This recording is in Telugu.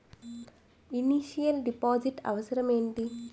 ఇనిషియల్ డిపాజిట్ అవసరం ఏమిటి?